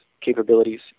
capabilities